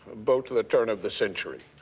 about the turn of the century.